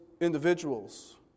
individuals